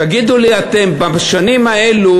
תגידו לי אתם, בשנים האלה